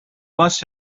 must